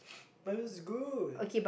but it's good